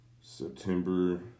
September